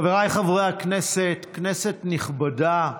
חבריי חברי הכנסת, כנסת נכבדה,